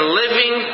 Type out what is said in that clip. living